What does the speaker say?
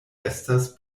estas